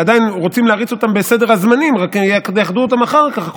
ועדיין רוצים להריץ אותם בסדר הזמנים רק כדי שיאחדו אותם אחר כך.